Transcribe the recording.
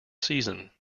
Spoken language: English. season